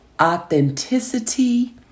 Authenticity